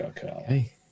Hey